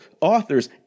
authors